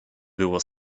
było